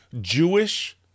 Jewish